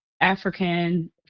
african